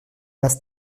las